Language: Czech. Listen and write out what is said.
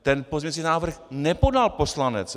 Ten pozměňující návrh nepodal poslanec.